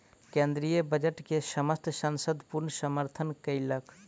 केंद्रीय बजट के समस्त संसद पूर्ण समर्थन केलक